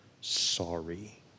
sorry